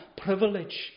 privilege